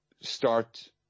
start